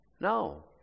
No